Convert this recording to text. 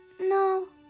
no,